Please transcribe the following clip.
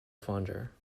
fonder